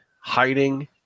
hiding